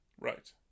Right